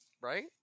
Right